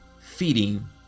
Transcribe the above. feeding